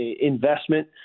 investment